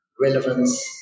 relevance